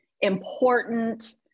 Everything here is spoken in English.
important